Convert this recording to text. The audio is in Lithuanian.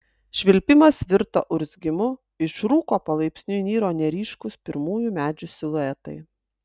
švilpimas virto urzgimu iš rūko palaipsniui niro neryškūs pirmųjų medžių siluetai